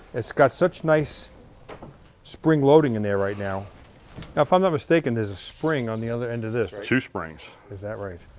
it's got such nice spring loading in there right now. now if i'm not mistaken, there's a spring on the other end of this. two springs. is that right?